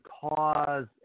cause